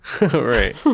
right